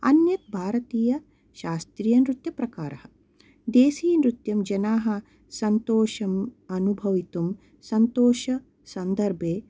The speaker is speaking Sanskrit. अन्य भारतीयशास्त्रीयनृत्यप्रकारः देसीयनृत्यं जनाः सन्तोषम् अनुभवितुम् सन्तोष सन्दर्भे